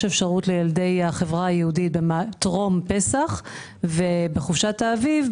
יש אפשרות לילדי החברה היהודית בטרום פסח ובחופשת האביב,